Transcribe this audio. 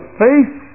face